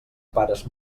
pares